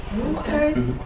Okay